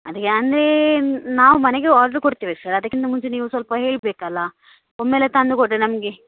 ಅದು ಅಂದ್ರೆ ನಾವು ಮನೆಗೆ ಆರ್ಡ್ರ್ ಕೊಡ್ತೇವೆ ಸರ್ ಅದಕ್ಕಿಂತ ಮುಂಚೆ ನೀವು ಸ್ವಲ್ಪ ಹೇಳಬೇಕಲ್ಲ ಒಮ್ಮೆಲೇ ತಂದುಕೊಟ್ಟರೆ ನಮಗೆ